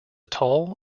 tall